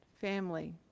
family